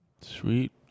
Sweet